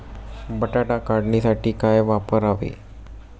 बटाटा काढणीसाठी काय वापरावे?